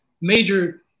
major